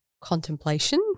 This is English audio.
contemplation